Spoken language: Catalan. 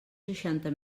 seixanta